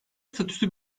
statüsü